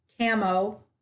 Camo